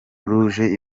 rouge